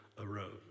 arose